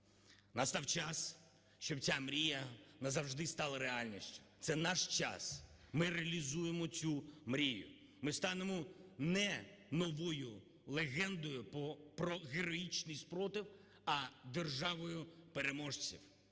Настав час, щоб ця мрія назавжди стала реальністю. Це наш час, ми реалізуємо цю мрію. Ми станемо не новою легендою про героїчний спротив, а державою переможців.